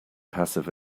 passive